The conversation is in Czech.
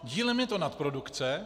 Dílem je to nadprodukce.